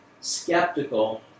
skeptical